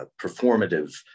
performative